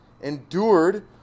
endured